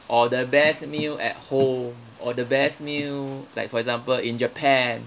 or the best meal at home or the best meal like for example in japan